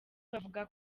bavuga